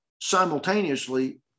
simultaneously